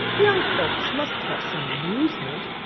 young folks must have some amusement,